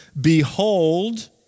Behold